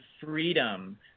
freedom